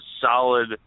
solid